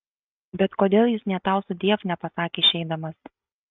bet kodėl jis nė tau sudiev nepasakė išeidamas